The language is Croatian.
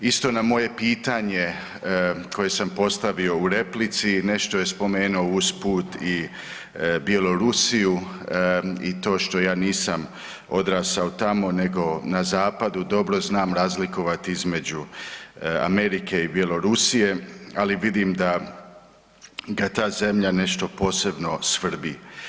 Isto na moje pitanje koje sam postavio u replici nešto je spomenuo usput i Bjelorusiju i to što ja nisam odrastao tamo nego na zapadu dobro znam razlikovati između Amerike i Bjelorusije, ali vidim da ga ta zemlja nešto posebno svrbi.